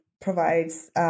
provides